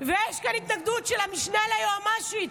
ויש כאן התנגדות של המשנה ליועמ"שית.